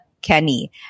Kenny